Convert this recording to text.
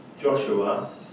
Joshua